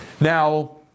Now